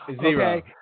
Zero